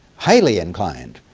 highly inclined,